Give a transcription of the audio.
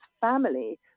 family